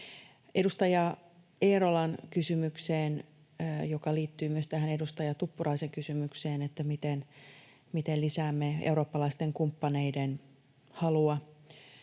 Edustaja Eerolan kysymykseen, joka liittyy myös tähän edustaja Tuppuraisen kysymykseen siitä, miten lisäämme eurooppalaisten kumppaneiden halua